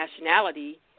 nationality